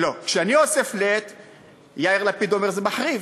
לא, כשאני עושה flat יאיר לפיד אומר: זה מחריב.